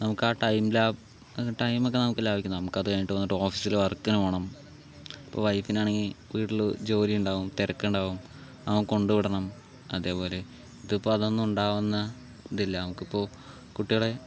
നമുക്കാ ടൈം ലാ ടൈമൊക്കെ നമുക്ക് ലാഭിക്കാം നമുക്ക് അത് കഴിഞ്ഞിട്ട് വന്നിട്ട് ഹോസ്റ്റലിൽ വർക്കിന് പോവണം ഇപ്പോൾ വൈഫിനു ആണെങ്കിൽ വീട്ടിൽ ജോലി ഉണ്ടാവും തിരക്കുണ്ടാവും നമ്മള് കൊണ്ടുവിടണം അതേപോലെ ഇതിപ്പോൾ അതൊന്നും ഉണ്ടാവുന്ന ഇതില്ല നമുക്കിപ്പോൾ കുട്ടികളെ